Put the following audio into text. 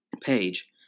page